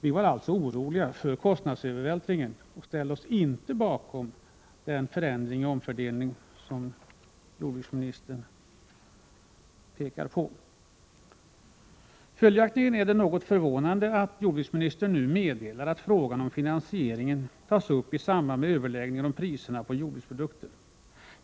Vi var alltså oroliga för kostnadsövervältringen och ställde oss inte bakom den förändring och omfördelning som jordbruksministern pekar på. Följaktligen är det något förvånande att jordbruksministern nu meddelar att frågan om finansieringen tas upp i samband med överläggningen om priserna på jordbruksprodukter.